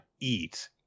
eat